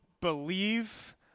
believe